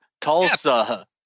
Tulsa